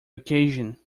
occasion